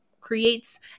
creates